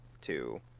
two